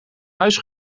huis